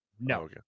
no